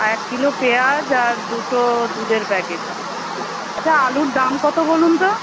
এক কিলো পেঁয়াজ আর দুটো দুধের প্যাকেট আচ্ছা আলুর দাম কতো বলুন তো